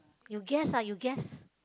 you guess ah you guess